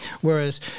whereas